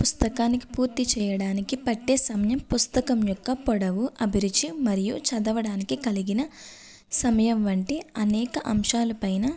ఒక పుస్తకానికి పూర్తి చేయడానికి పట్టే సమయం పుస్తకం యొక్క పొడవు అభిరుచి మరియు చదవడానికి కలిగిన సమయం వంటి అనేక అంశాల పైన